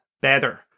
better